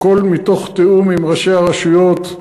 והכול מתוך תיאום עם ראשי הרשויות,